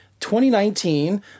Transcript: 2019